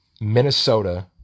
Minnesota